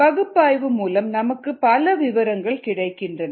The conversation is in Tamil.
பகுப்பாய்வு மூலம் நமக்கு பல விபரங்கள் கிடைக்கின்றன